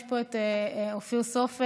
יש פה את אופיר סופר,